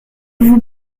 vous